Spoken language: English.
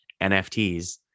NFTs